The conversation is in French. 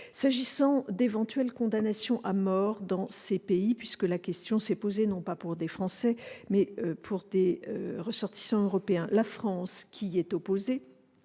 S'agissant d'éventuelle condamnation à mort dans ces pays- la question s'est posée non pour des Français, mais pour des ressortissants européens -, la France, qui y est opposée,